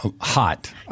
hot